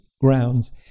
grounds